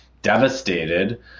devastated